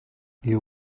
you